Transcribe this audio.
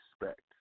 respect